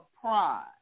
pride